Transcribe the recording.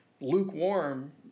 lukewarm